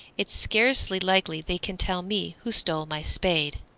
it's scarcely likely they can tell me who stole my spade.